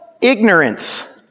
Ignorance